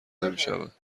نمیشوند